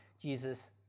Jesus